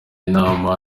inama